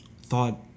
thought